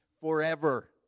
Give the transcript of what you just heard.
forever